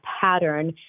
pattern